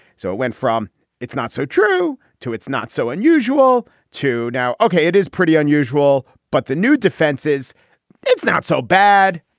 so it went from it's not so true to it's not so unusual to now. ok. it is pretty unusual. but the new defense is it's not so bad.